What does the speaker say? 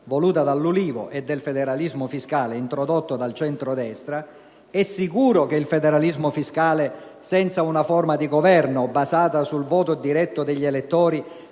voluta dall'Ulivo e al federalismo fiscale introdotto dal centrodestra: è sicuro che il federalismo fiscale, senza una forma di Governo basata sul voto diretto degli elettori,